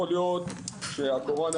בסדר גמור.